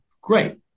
great